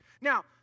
Now